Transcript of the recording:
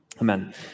Amen